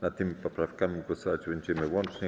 Nad tymi poprawkami głosować będziemy łącznie.